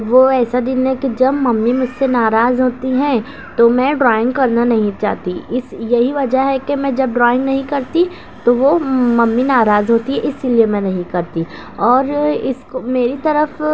وہ ایسا دن ہے کہ جب ممّی مجھ سے ناراض ہوتی ہیں تو میں ڈرائنگ کرنا نہیں چاہتی اس یہی وجہ ہے کہ میں جب ڈرائنگ نہیں کرتی تو وہ ممّی ناراض ہوتی ہے اسی لیے میں نہیں کرتی اور اس کو میری طرف